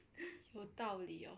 有道理哦